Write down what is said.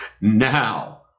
Now